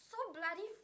so bloody